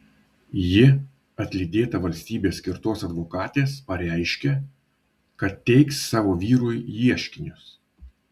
ji atlydėta valstybės skirtos advokatės pareiškė kad teiks savo vyrui ieškinius